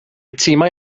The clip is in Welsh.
timau